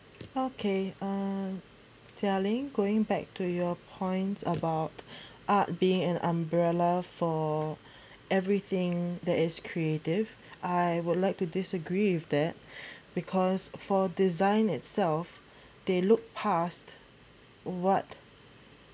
okay uh Jia-Ling going back to your points about art being an umbrella for everything that is creative I would like to disagree with that because for design itself they look passed what